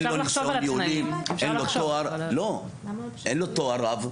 אין לו ניסיון ניהולי, אין לו תואר רב.